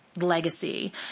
legacy